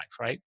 right